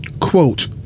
Quote